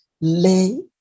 lay